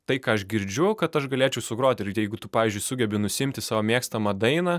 tai ką aš girdžiu kad aš galėčiau sugroti ir jeigu tu pavyzdžiui sugebi nusiimti savo mėgstamą dainą